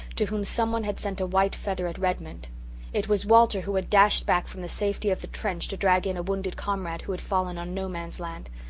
to whom someone had sent a white feather at redmond it was walter who had dashed back from the safety of the trench to drag in a wounded comrade who had fallen on no-man's-land.